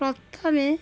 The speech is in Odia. ପ୍ରଥମେ